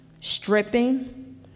stripping